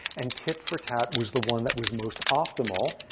and tit for tat was the one that was most optimal,